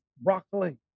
broccoli